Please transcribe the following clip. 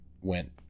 went